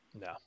No